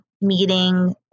meeting